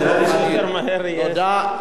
חבר הכנסת, מהר, מהר, תודה.